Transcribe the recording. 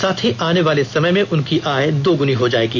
साथ ही आने वाले समय में उनकी आय द्गुनी हो जाएगी